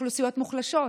האוכלוסיות המוחלשות.